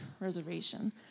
Reservation